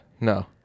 no